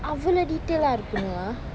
அவ்வள:avvala detail ah இருக்கணுமா:irukanuma